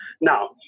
Now